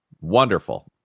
Wonderful